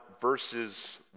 verses